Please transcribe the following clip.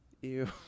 ew